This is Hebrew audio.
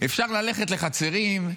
אפשר ללכת לחצרים,